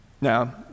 Now